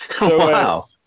Wow